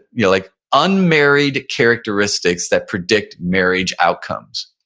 yeah like unmarried characteristics that predict marriage outcomes.